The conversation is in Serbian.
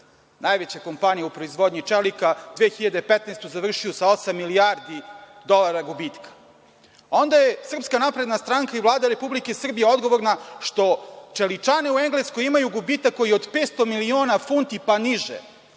najveća kompanija u proizvodnji čelika, 2015. godinu završio sa osam milijardi dolara gubitka. Onda je SNS i Vlada Republike Srbije odgovorna što čeličane u Engleskoj imaju gubitak koji je od 500 miliona funti pa niže.